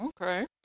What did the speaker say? Okay